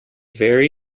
very